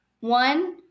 one